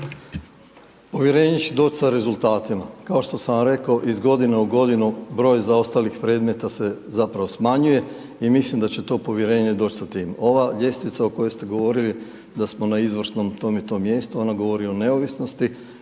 Povjerenje će doć sa rezultatima. Kao što sam vam rekao iz godine u godinu, broj zaostalih predmeta se zapravo smanjuje i mislim da će to povjerenje doći sa tim. Ova ljestvica o kojoj ste govorili da smo na izvrsnom to m i tom mjestu, ona govori o neovisnosti.